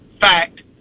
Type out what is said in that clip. fact